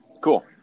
Cool